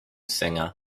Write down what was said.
singer